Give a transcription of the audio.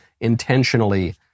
intentionally